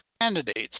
candidates